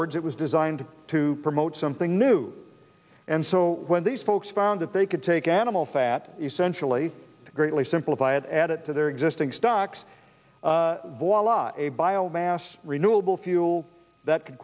words it was designed to promote something new and so when these folks found that they could take animal fat essentially greatly simplify it add it to their existing stocks a bio mass renewable fuel that could